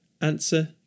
Answer